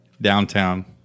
downtown